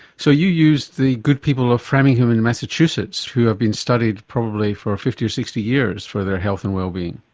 so you used the good people of framingham in massachusetts who have been studied probably for fifty or sixty years for their health and wellbeing?